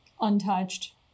untouched